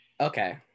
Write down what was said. Okay